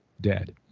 dead